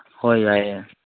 ꯍꯣꯏ ꯌꯥꯏꯌꯦ